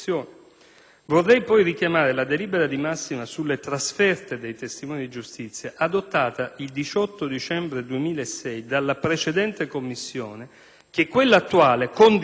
Vorrei poi richiamare la delibera di massima sulle trasferte dei testimoni di giustizia adottata il 18 dicembre 2006 dalla precedente commissione, che quella attuale condivide